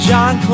John